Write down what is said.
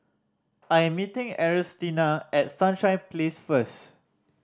I am meeting Ernestina at Sunshine Place first